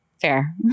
fair